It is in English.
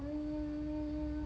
mm